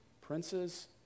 princes